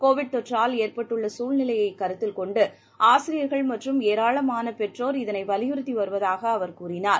Covid தொற்றால் ஏற்பட்டுள்ள குழ்நிலையக் கருத்தில் கொன்டு ஆசிரியர்கள் மற்றும் ஏராளமான பெற்றோர் இதனை வலியுறுத்தி வருவதாக அவர் கூறினார்